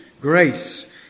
grace